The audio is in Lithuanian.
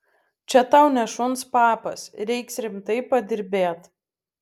čia tau ne šuns papas reiks rimtai padirbėt